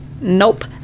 nope